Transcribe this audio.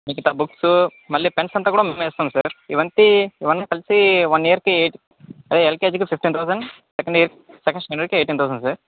మిగతా బుక్స్ మళ్ళీ పెన్స్ అంతా కూడా మేమే ఇస్తాం సార్ ఇవంతా ఇవన్నీ కలిసి వన్ ఇయర్కి అదే ఎల్కేజికి ఫిఫ్టీన్ థౌసండ్ సెకండ్ ఇ సెకండ్ స్టాండర్డ్కి ఎయిటీన్ థౌసండ్ సార్